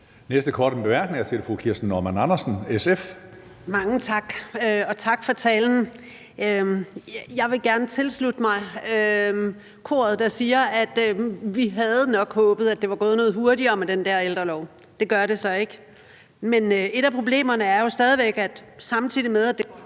Kirsten Normann Andersen, SF. Kl. 16:04 Kirsten Normann Andersen (SF): Mange tak, og tak for talen. Jeg vil gerne tilslutte mig koret, der siger, at vi nok havde håbet, at det var gået noget hurtigere med den der ældrelov. Det gør det så ikke, men et af problemerne er jo stadig væk, at samtidig med